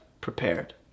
prepared